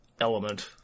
element